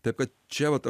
taip kad čia vat